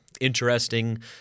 interesting